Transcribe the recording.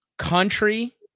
Country